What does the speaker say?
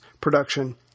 production